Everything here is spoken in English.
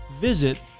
visit